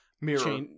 Mirror